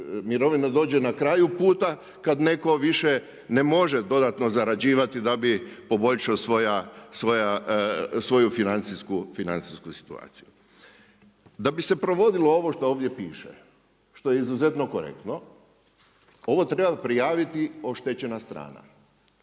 mirovina dođe na kraju puta kad netko više ne može dodatno zarađivati da bi poboljšao svoju financijsku situaciju. Da bi se provodilo ovo što ovdje piše, što je izuzetno korektno, ovo treba prijaviti oštećena strana.